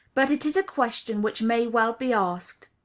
but it is a question which may well be asked,